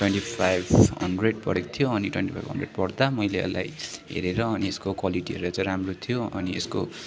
twenty five hundred परेक थियो अनि ट्वेन्टी पाइभ हान्ड्रेड पर्दा मैले यसलाई हेरेर अनि यसको क्वालिटी हेर्दा चाहिँ राम्रो थियो अनि यसको